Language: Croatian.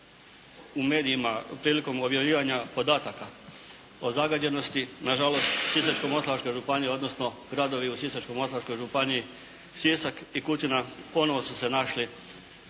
u medijima, prilikom objavljivanja podataka o zagađenosti na žalost Sisačko-moslavačka županija, odnosno gradovi u Sisačko-moslavačkoj županiji Sisak i Kutina ponovno su se našli